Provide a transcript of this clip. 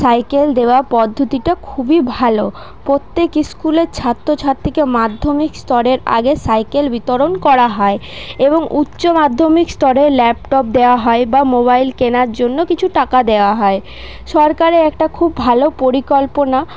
cycle দেওয়া পদ্ধতিটা খুবই ভালো প্রত্যেক স্কুলের ছাত্রছাত্রীকে মাধ্যমিক স্তরের আগে সাইকেল বিতরণ করা হয় এবং উচ্চমাধ্যমিক স্তরে ল্যাপটপ দেওয়া হয় বা মোবাইল কেনার জন্য কিছু টাকা দেওয়া হয় সরকারে একটা খুব ভালো পরিকল্পনা